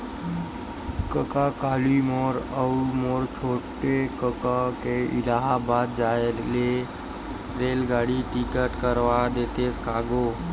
कका काली मोर अऊ मोर छोटे कका के इलाहाबाद जाय के रेलगाड़ी के टिकट करवा देतेस का गो